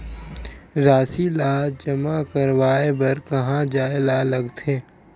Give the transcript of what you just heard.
राशि ला जमा करवाय बर कहां जाए ला लगथे